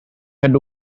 had